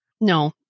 No